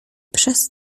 przez